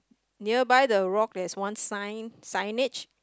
nearby the rock there is one sign signage